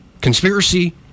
conspiracy